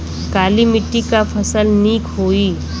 काली मिट्टी क फसल नीक होई?